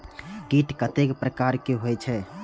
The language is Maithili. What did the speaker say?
कीट कतेक प्रकार के होई छै?